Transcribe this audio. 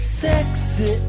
sexy